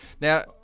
Now